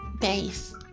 base